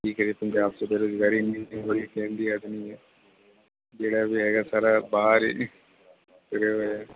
ਕੀ ਕਰੇ ਜੀ ਪੰਜਾਬ 'ਚ ਬੇਰੁਜ਼ਗਾਰੀ ਇੰਨੀ ਹੋ ਰਹੀ ਹੈ ਜਿਹੜਾ ਵੀ ਹੈਗਾ ਸਾਰਾ ਬਾਹਰ ਹੀ ਤੁਰਿਆ ਹੋਇਆ